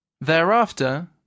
Thereafter